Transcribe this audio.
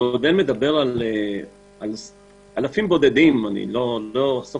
המודל מדבר על אלפים בודדים ולא אחשוף